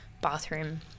bathroom